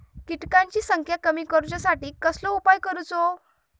किटकांची संख्या कमी करुच्यासाठी कसलो उपाय करूचो?